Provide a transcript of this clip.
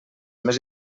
més